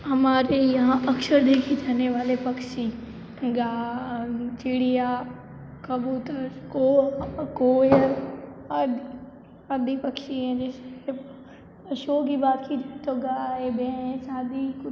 हमारे यहाँ अक्सर देखे जाने वाले पक्षी चिड़िया कबूतर कौआ कोयल आदि पक्षी हैं जैसे पशुओं की बात कि जाए तो गाय भैंस आदि कुत्ते